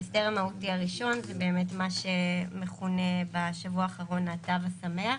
ההסדר המהותי הראשון זה באמת מה שמכונה בשבוע האחרון התו השמח,